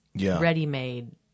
ready-made